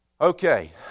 Okay